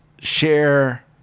share